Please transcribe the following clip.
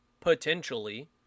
potentially